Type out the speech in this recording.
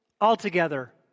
altogether